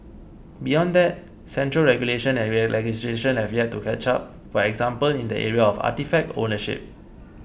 beyond that central regulation and legislation have yet to catch up for example in the area of artefact ownership